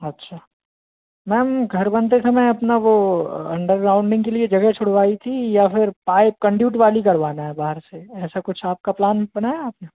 अच्छा मैम घर बनते समय अपना वो अंडर ग्राउडिंग के लिए जगह छुड़वाई थी या फिर पाइप कन्ड्यूट वाली करवाना है बाहर से ऐसा कुछ आपका प्लान बनाया है आपने